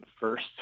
First